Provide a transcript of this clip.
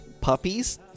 puppies